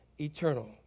Eternal